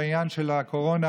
בעניין של הקורונה,